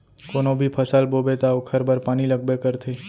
कोनो भी फसल बोबे त ओखर बर पानी लगबे करथे